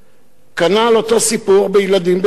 כנ"ל, אותו סיפור בילדים בסיכון,